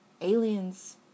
aliens